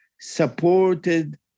supported